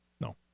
No